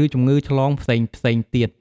ឬជំងឺឆ្លងផ្សេងៗទៀត។